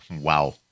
Wow